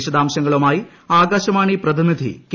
വിശദാംശങ്ങളുമായി ആകാശവാണി പ്രതിനിധി കെ